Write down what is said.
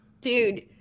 Dude